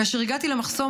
כאשר הגעתי למחסום,